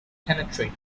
penetrate